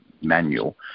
manual